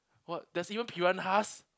what there's even piranhas